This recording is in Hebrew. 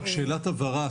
רק שאלת הבהרה,